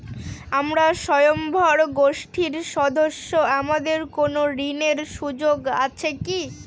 আমরা স্বয়ম্ভর গোষ্ঠীর সদস্য আমাদের কোন ঋণের সুযোগ আছে কি?